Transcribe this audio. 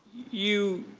you